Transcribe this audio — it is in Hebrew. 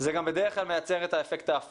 זה גם בדרך כלל מייצר את האפקט ההפוך.